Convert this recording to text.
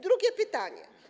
Drugie pytanie.